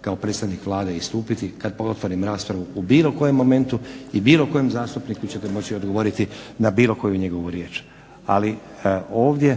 kao predstavnik Vlade istupiti kada otvorim raspravu u bilo kojem momentu i bilo kojem zastupniku ćete moći odgovoriti na bilo koju njegovu riječ, ali ovdje